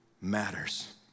matters